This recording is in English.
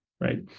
Right